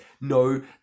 no